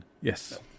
Yes